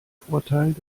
vorteil